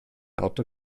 auto